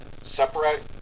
separate